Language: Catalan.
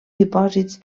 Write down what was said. dipòsits